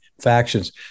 factions